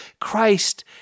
Christ